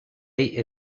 day